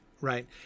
Right